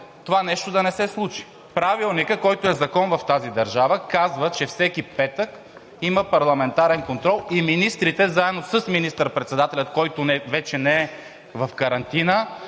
това нещо да не се случи. Правилникът, който е закон в тази държава, казва, че всеки петък има парламентарен контрол, и министрите, заедно с министър-председателя, който вече не е в карантина,